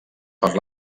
per